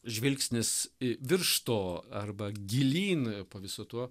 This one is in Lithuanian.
žvilgsnis į virš to arba gilyn po visu tuo